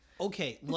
Okay